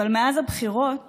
אבל מאז הבחירות